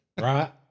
right